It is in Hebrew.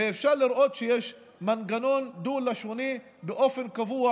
ואפשר לראות שיש מנגנון דו-לשוני קבוע,